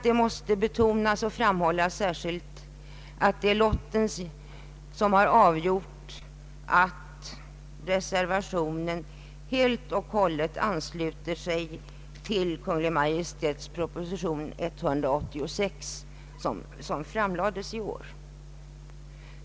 Det måste särskilt betonas att det är lotten som avgjort att det blivit reservanterna som företräder den linje som finns i Kungl. Maj:ts proposition nr 186.